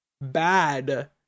bad